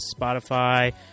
Spotify